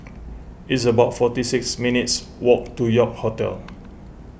it's about forty six minutes' walk to York Hotel